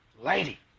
lady